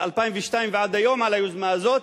2002 ועד היום על היוזמה הזאת?